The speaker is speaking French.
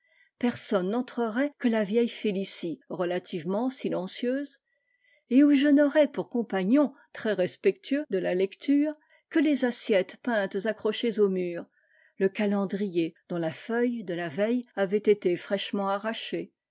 personne n'entrerait que la vieille fé icie relativement silencieuse et où je n'aurais pour compagnons très respectueux de la lecture que les assiettes peintes accrochées au mur le calendrier dontla feuille dela veille avaitété fraîchement arrachée